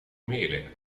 mele